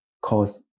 cause